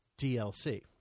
DLC